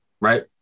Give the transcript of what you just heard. right